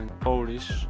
Polish